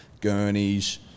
gurneys